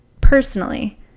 personally